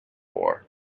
floor